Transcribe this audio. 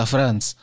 France